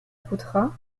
coûtera